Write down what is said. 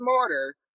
smarter